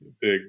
big